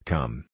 Come